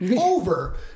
over